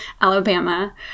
Alabama